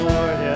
Lord